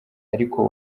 ariko